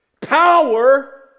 Power